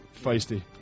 Feisty